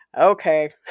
okay